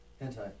Anti